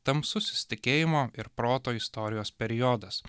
tamsusis tikėjimo ir proto istorijos periodas